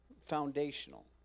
foundational